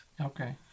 Okay